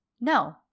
no